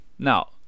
Now